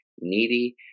needy